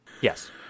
Yes